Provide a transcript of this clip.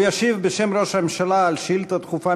הוא ישיב בשם ראש הממשלה על שאילתה דחופה